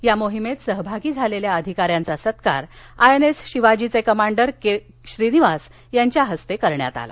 या मोहिमेत सहभागी झालेल्या अधिकाऱ्यांचा सत्कार आय एन एस शिवाजीचे कमांडर के श्रीनिवास यांच्या हस्ते करण्यात आला